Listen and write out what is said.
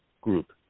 group